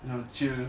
you know chill